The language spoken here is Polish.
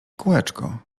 kółeczko